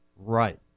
Right